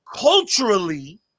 Culturally